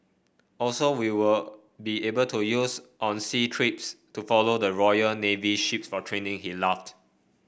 also we would be able to use on sea trips to follow the Royal Navy ships for training he laughed